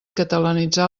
catalanitzar